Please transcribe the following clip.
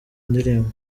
ndirimbo